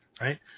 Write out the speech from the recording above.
Right